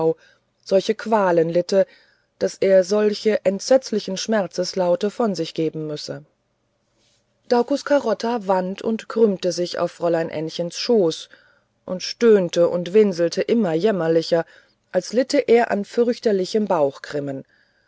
solche qualen litte daß er solch entsetzliche schmerzeslaute von sich geben müsse daucus carota wand und krümmte sich auf fräulein ännchens schoß und stöhnte und winselte immer jämmerlicher als litte er an fürchterlichem